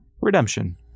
Redemption